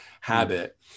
habit